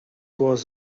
was